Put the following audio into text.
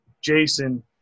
Jason